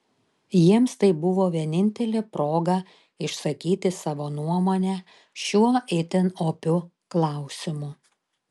jiems tai buvo vienintelė proga išsakyti savo nuomonę šiuo itin opiu klausimu